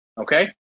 okay